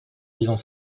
disant